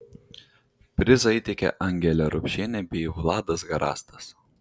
prizą įteikė angelė rupšienė bei vladas garastas